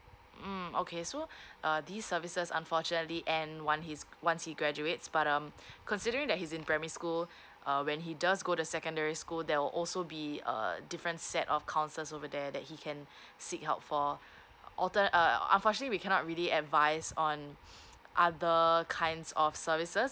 mm okay so err these services unfortunately end one his once he graduates but um considering that he's in primary school uh when he does go to secondary school there will also be a different set of counsellors over there that he can seek help for altern~ uh unfortunately we cannot really advice on other uh kinds of services